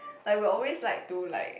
like we will always like to like